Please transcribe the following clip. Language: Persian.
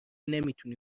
نمیتونی